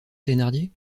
thénardier